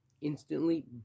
instantly